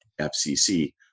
FCC